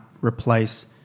replace